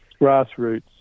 grassroots